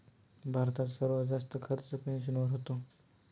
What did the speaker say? भारतात सर्वात जास्त खर्च पेन्शनवर होतो